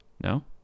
no